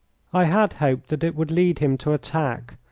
i had hoped that it would lead him to attack,